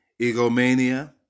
egomania